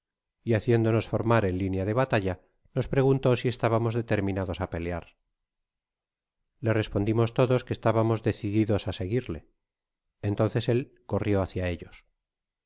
y haciéndonos formar en linea de batalla nos preguntó si estábamos determinados á pelear le respondimos todos que estábamos decididos á seguirle entonces él corrio hácia ellos